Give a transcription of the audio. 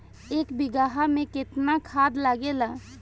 एक बिगहा में केतना खाद लागेला?